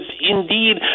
indeed